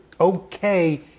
okay